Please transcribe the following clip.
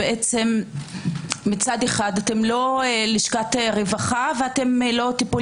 שמצד אחד אתם לא לשכת הרווחה ולא טיפול